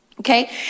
Okay